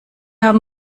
haben